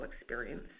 Experience